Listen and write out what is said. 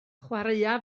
chwaraea